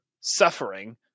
suffering